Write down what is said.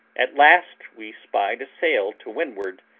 at last we spied a sail to windward,